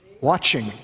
Watching